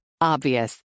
Obvious